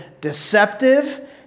deceptive